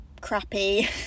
crappy